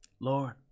Lord